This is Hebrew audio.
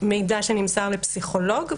מידע שנמסר לפסיכולוג,